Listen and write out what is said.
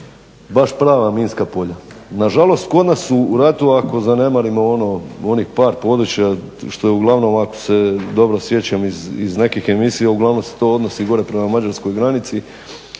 baš prava minska polja. Na žalost kod nas su u ratu ako zanemarimo onih par područja što je uglavnom ako se dobro sjećam iz nekih emisija uglavnom se to odnosi gore prema mađarskoj granici.